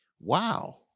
wow